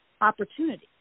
opportunity